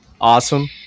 awesome